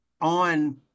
on